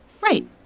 right